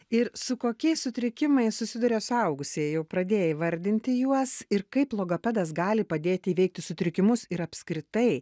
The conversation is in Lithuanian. ir su kokiais sutrikimais susiduria suaugusieji jau pradėjai vardinti juos ir kaip logopedas gali padėti įveikti sutrikimus ir apskritai